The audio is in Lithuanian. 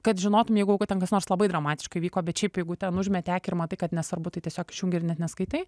kad žinotum jeigu jau kad ten kas nors labai dramatiško įvyko bet šiaip jeigu ten užmeti akį ir matai kad nesvarbu tai tiesiog išjungi ir net neskaitai